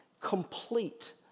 complete